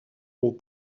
aux